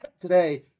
Today